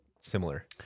similar